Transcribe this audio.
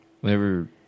whenever